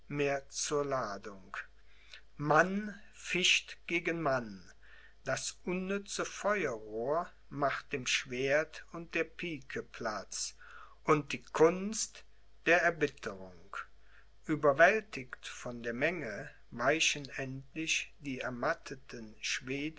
zur ladung mann ficht gegen mann das unnütze feuerrohr macht dem schwert und der pike platz und die kunst der erbitterung ueberwältigt von der menge weichen endlich die ermatteten